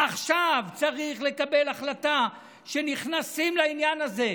עכשיו צריך לקבל החלטה שנכנסים לעניין הזה,